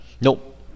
Nope